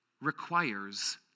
requires